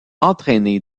entraîné